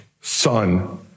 son